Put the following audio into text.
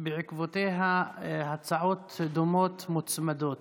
בעקבותיה הצעות דומות מוצמדות